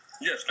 yes